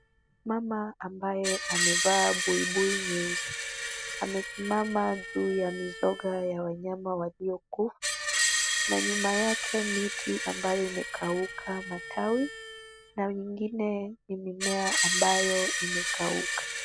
Mama ambaye amevaa buibui nyeusi, amesimama juu ya mizoga ya wanyama waliokufa na nyuma yake miti ambayo imekauka matawi na nyingine ni mimea ambayo imekauka.